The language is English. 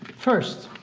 first,